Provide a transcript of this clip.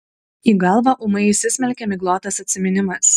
į galvą ūmai įsismelkia miglotas atsiminimas